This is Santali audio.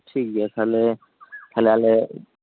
ᱴᱷᱤᱠ ᱜᱮᱭᱟ ᱛᱟᱦᱞᱮᱛᱟᱦᱞᱮ ᱟᱞᱮ